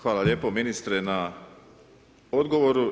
Hvala lijepo ministre na odgovoru.